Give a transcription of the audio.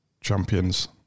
Champions